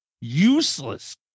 useless